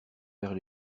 vers